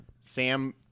Sam